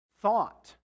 thought